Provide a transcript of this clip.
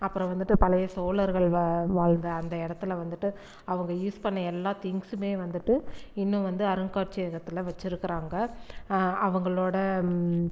அப்புறம் வந்துட்டு பழைய சோழர்கள் வ வாழ்ந்த அந்த இடத்துல வந்துட்டு அவங்க யூஸ் பண்ண எல்லா திங்க்ஸுமே வந்துட்டு இன்னும் வந்து அருங்காட்சியகத்தில் வச்சிருக்குறாங்க அவங்களோட